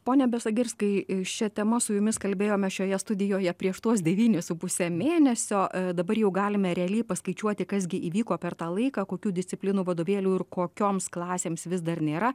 pone besagirskai šia tema su jumis kalbėjome šioje studijoje prieš tuos devynis su puse mėnesio dabar jau galime realiai paskaičiuoti kas gi įvyko per tą laiką kokių disciplinų vadovėlių ir kokioms klasėms vis dar nėra